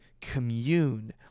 commune